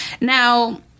Now